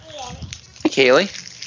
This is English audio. Kaylee